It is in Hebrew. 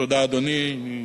תודה, אדוני.